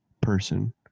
person